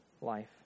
life